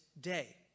day